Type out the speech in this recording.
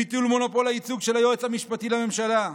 בביטול מונופול הייצוג של היועץ המשפטי לממשלה.